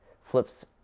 flips